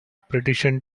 petition